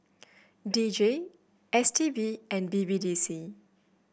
D J S T B and B B D C